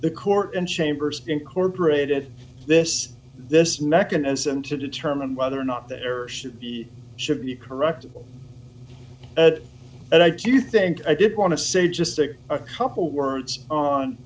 the court and chambers incorporated this this mechanism to determine whether or not there should be should be correctable but i do think i did want to say just stick a couple words on